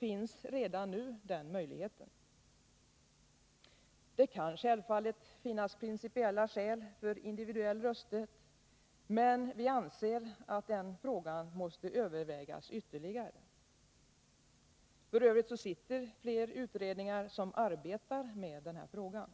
finns redan nu den möjligheten. Det kan självfallet finnas principiella skäl för individuell rösträtt, men vi anser att denna fråga måste övervägas ytterligare. F. ö. arbetar flera utredningar med denna fråga.